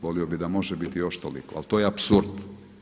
Volio bih da može biti još toliko, ali to je apsurd.